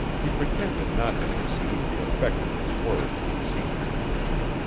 he pretended not to perceive the effect of his words on the senior engineer.